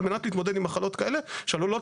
על מנת להתמודד עם מחלות כאלה שעלולות